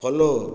follow